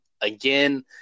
again